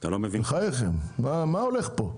בחייכם, מה הולך פה?